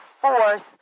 force